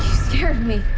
scared me.